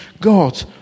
God